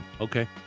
Okay